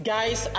Guys